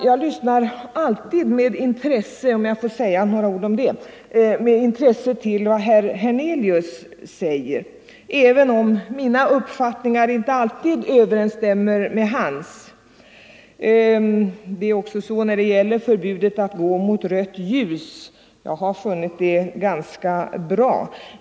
Jag lyssnar alltid med intresse — om jag också får säga några ord om det — till vad herr Hernelius säger, även om mina uppfattningar inte alltid överensstämmer med hans. Jag har för min del funnit bestämmelsen om förbud för fotgängare att gå mot rött ljus vara ganska bra.